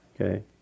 Okay